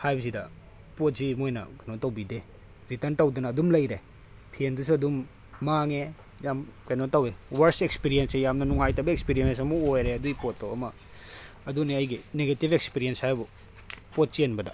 ꯍꯥꯏꯕꯁꯤꯗ ꯄꯣꯠꯁꯤ ꯃꯣꯏꯅ ꯀꯩꯅꯣ ꯇꯧꯕꯤꯗꯦ ꯔꯤꯇꯔꯟ ꯇꯧꯗꯅ ꯑꯗꯨꯝ ꯂꯩꯔꯦ ꯐꯦꯟꯗꯨꯁꯨ ꯑꯗꯨꯝ ꯃꯥꯡꯉꯦ ꯌꯥꯝ ꯀꯩꯅꯣ ꯇꯧꯏ ꯋꯣꯔꯁ ꯑꯦꯛꯁꯄꯤꯔꯤꯌꯦꯟꯁꯁꯦ ꯌꯥꯝꯅ ꯅꯨꯡꯉꯥꯏꯇꯕ ꯑꯦꯛꯁꯄꯤꯔꯤꯌꯦꯟꯁ ꯑꯃ ꯑꯣꯏꯔꯦ ꯑꯗꯨꯏ ꯄꯣꯠꯇꯣ ꯑꯃ ꯑꯗꯨꯅꯦ ꯑꯩꯒꯤ ꯅꯦꯒꯦꯇꯤꯞ ꯑꯦꯛꯁꯄꯤꯔꯤꯌꯦꯟꯁ ꯍꯥꯏꯕꯨ ꯄꯣꯠ ꯆꯦꯟꯕꯗ